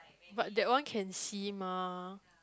but that one can see mah